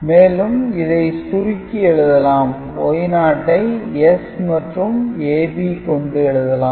மேலும் இதை சுருக்கி எழுதலாம் Y0 ஐ S மற்றும் A B கொண்டு எழுதலாம்